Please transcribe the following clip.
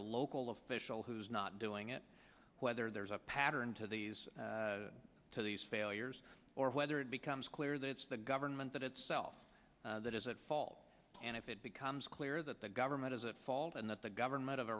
a local official who's not doing it whether there's a pattern to these to these failures or whether it becomes clear that it's the government that itself that is at fault and if it becomes clear that the government has a fault and that the government of